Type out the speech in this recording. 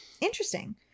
interesting